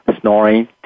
snoring